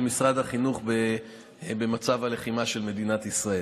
משרד החינוך במצב הלחימה של מדינת ישראל.